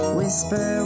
whisper